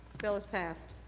bill is passed.